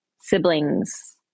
siblings